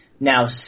Now